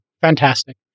Fantastic